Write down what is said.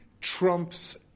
trumps